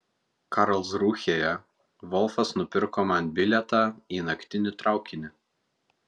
karlsrūhėje volfas nupirko man bilietą į naktinį traukinį